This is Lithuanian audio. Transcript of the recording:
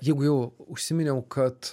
jeigu jau užsiminiau kad